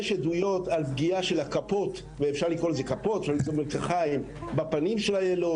יש עדויות על פגיעה של הכפות או מלקחיים בפנים של היילוד.